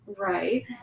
Right